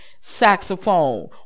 saxophone